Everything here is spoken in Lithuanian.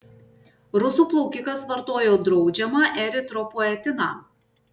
rusų plaukikas vartojo draudžiamą eritropoetiną